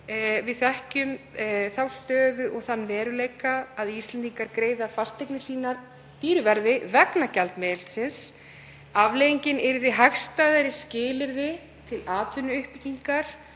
Við þekkjum þá stöðu og þann veruleika að Íslendingar greiða fasteignir sínar dýru verði vegna gjaldmiðilsins. Afleiðingin yrði hagstæðari skilyrði til atvinnuuppbyggingar